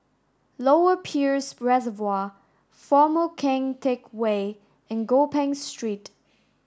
lower Peirce Reservoir Former Keng Teck Whay and Gopeng Street